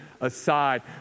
aside